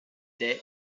des